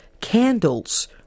candles